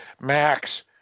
Max